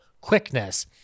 quickness